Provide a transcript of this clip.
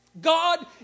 God